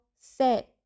set